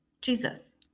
Jesus